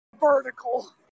vertical